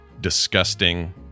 disgusting